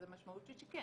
אז המשמעות היא שכן.